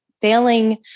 failing